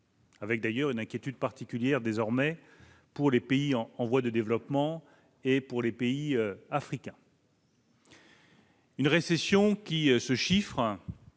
avec d'ailleurs une inquiétude particulière, à présent, pour les pays en voie de développement et les pays africains ; une récession qui se chiffre,